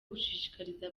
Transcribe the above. gushishikariza